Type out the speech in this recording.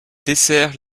dessert